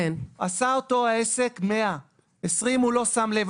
ביצע אותו עסק 100 סעיפים ול-20 הוא לא שם לב,